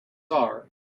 are